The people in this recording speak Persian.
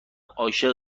عاشق